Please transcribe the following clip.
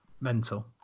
mental